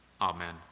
Amen